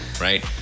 Right